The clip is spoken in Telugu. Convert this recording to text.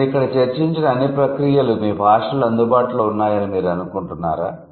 నేను ఇక్కడ చర్చించిన అన్ని ప్రక్రియలు మీ భాషలో అందుబాటులో ఉన్నాయని మీరు అనుకుంటున్నారా